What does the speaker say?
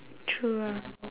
true lah